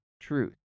truth